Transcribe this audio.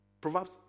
Proverbs